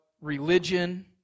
religion